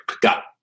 got